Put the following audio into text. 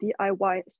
DIY